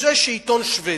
שעיתון שבדי,